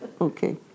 Okay